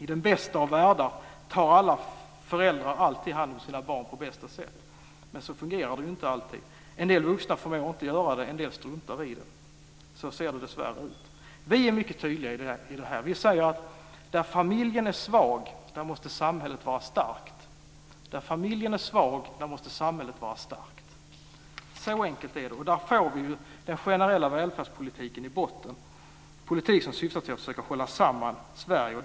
I den bästa av världar tar alla föräldrar alltid hand om sina barn på bästa sätt, men så fungerar det ju inte alltid. En del vuxna förmår inte göra det, och en del struntar i det. Så ser det dessvärre ut. Vi är mycket tydliga i detta. Vi säger att där familjen är svag måste samhället vara starkt. Så enkelt är det. Där har vi ju den generella välfärdspolitiken i botten. Det är en politik som syftar till att försöka hålla samman Sverige.